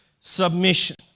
submission